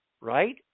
right